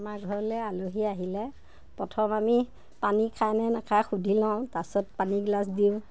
আমাৰ ঘৰলৈ আলহী আহিলে প্ৰথম আমি পানী খাই নে নাখায় সুধি লওঁ তাৰছত পানী এগিলাচ দিওঁ